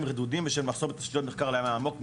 רדודים בשל מחסור בתשתיות מחקר לים העמוק",